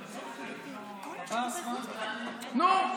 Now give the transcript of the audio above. נו.